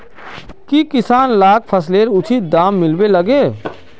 की किसान लाक फसलेर उचित दाम मिलबे लगे?